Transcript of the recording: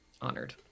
honored